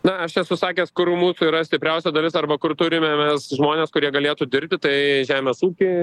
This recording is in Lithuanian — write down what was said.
na aš esu sakęs kur mūsų yra stipriausia dalis arba kur turime mes žmones kurie galėtų dirbti tai žemės ūkio